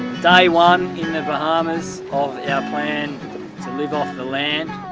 day one in the bahamas of our plan to live off the land.